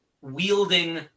wielding